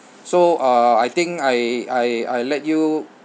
so uh I think I I I let you